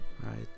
right